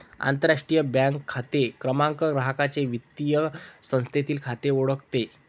आंतरराष्ट्रीय बँक खाते क्रमांक ग्राहकाचे वित्तीय संस्थेतील खाते ओळखतो